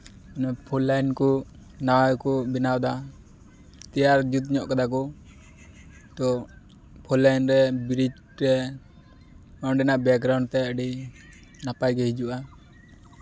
ᱢᱟᱱᱮ ᱯᱩᱞ ᱞᱟᱭᱤᱱ ᱠᱚ ᱱᱟᱣᱟ ᱜᱮᱠᱚ ᱵᱮᱱᱟᱣ ᱮᱫᱟ ᱛᱮᱭᱟᱨ ᱡᱩᱛ ᱧᱚᱜ ᱠᱟᱫᱟ ᱠᱚ ᱛᱳ ᱯᱩᱞ ᱞᱟᱭᱤᱱ ᱨᱮ ᱵᱨᱤᱡᱽ ᱨᱮ ᱚᱸᱰᱮᱱᱟᱜ ᱵᱮᱠ ᱜᱨᱟᱣᱩᱱᱰ ᱯᱮ ᱟᱹᱰᱤ ᱱᱟᱯᱟᱭ ᱜᱮ ᱦᱤᱡᱩᱜᱼᱟ